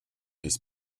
his